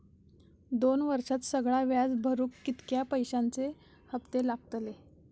दोन वर्षात सगळा व्याज भरुक कितक्या पैश्यांचे हप्ते लागतले?